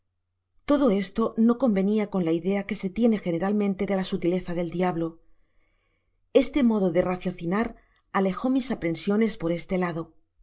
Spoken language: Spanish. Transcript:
todo esto no convenia son la idea que se tiene generalmente de la sutileza del diablo este modo de raciocinar alejó mis aprensiones por este lado mas